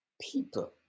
people